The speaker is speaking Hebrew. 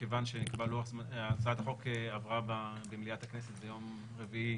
מכיוון שהצעת החוק עברה במליאת הכנסת ביום רביעי